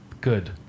Good